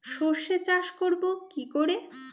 সর্ষে চাষ করব কি করে?